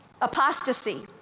Apostasy